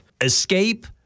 escape